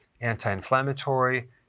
anti-inflammatory